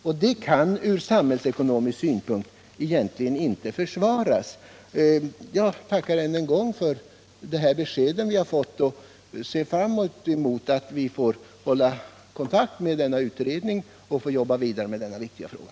Och det kan ur samhällsekonomisk synvinkel egentligen inte försvaras. Jag tackar än en gång för de besked vi fått och ser fram emot att vi får hålla kontakt med utredningen och jobba vidare med denna viktiga fråga.